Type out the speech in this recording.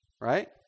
right